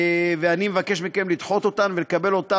ואני מבקש מכם לדחות אותן ולקבל אותה